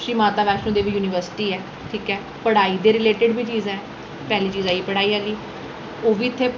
Shri Mata Vaishno Devi university ऐ ठीक ऐ पढ़ाई दे रिलेटड़ बी चीजां न पैह्ली चीज आई पढ़ाई आह्ली ओह् बी इत्थै